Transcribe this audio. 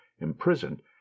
imprisoned